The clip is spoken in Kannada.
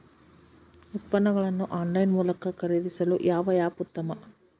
ಉತ್ಪನ್ನಗಳನ್ನು ಆನ್ಲೈನ್ ಮೂಲಕ ಖರೇದಿಸಲು ಯಾವ ಆ್ಯಪ್ ಉತ್ತಮ?